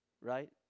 Right